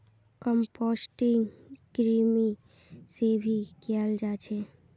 composting कृमि से भी कियाल जा छे